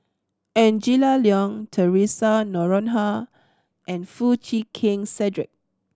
Angela Liong Theresa Noronha and Foo Chee Keng Cedric